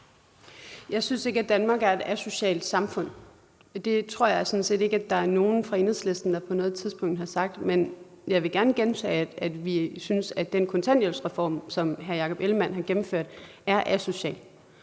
Jeg synes ikke, at Danmark er et asocialt samfund. Det tror jeg sådan set ikke at der er nogen fra Enhedslisten der på noget tidspunkt har sagt, men jeg vil gerne gentage, at vi synes, at den kontanthjælpsreform, som hr. Jakob Ellemann-Jensen har gennemført, er asocial,